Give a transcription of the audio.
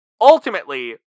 ultimately